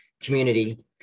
community